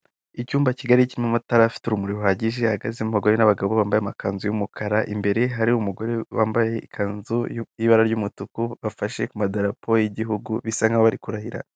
Icyumba kigari kirimo amatara afite urumuri ruhagiye, hahagazemo abagore n'abagabo bambaye amakanzu y'umukara, imbere hari umugore wambaye ikanzu y'ibara ry'umutuku, bafashe ku madarapo y'igihugu bisa nkaho bari kurahira.